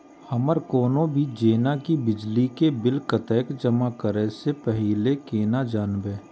हमर कोनो भी जेना की बिजली के बिल कतैक जमा करे से पहीले केना जानबै?